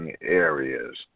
areas